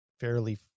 fairly